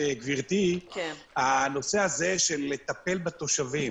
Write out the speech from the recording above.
גברתי הנושא הזה של לטפל בתושבים